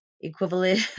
equivalent